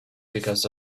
because